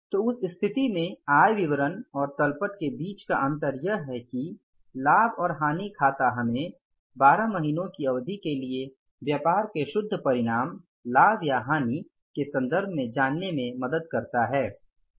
तो उस स्थिति में आय विवरण और तल पट के बीच का अंतर यह है कि लाभ और हानि खाता हमें 12 महीनों की अवधि के लिए व्यापार के शुद्ध परिणाम लाभ या हानि के संदर्भ में जानने में मदद करता है